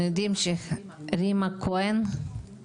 אנחנו